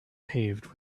paved